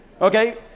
Okay